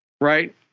right